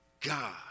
God